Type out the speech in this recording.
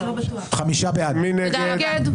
מי נמנע?